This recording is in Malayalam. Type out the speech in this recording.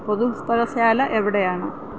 പൊതു പുസ്തകശാല എവിടെയാണ്